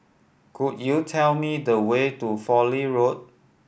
could you tell me the way to Fowlie Road